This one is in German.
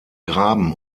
graben